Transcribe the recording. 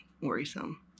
worrisome